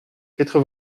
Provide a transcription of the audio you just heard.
quatre